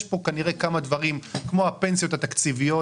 יש כאן כנראה כמה דברים כמו הפנסיות התקציביות